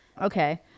okay